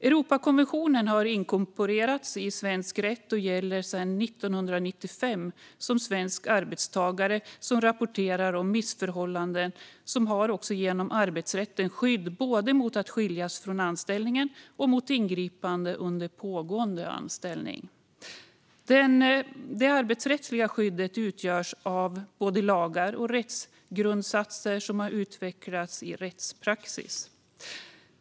Europakonventionen har inkorporerats i svensk rätt och gäller sedan 1995 som svensk lag. Arbetstagare som rapporterar om missförhållanden har genom arbetsrätten skydd både mot att skiljas från anställningen och mot ingripanden under pågående anställning. Det arbetsrättsliga skyddet utgörs av både lagar och rättsgrundsatser som har utvecklats i rättspraxis.